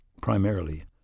primarily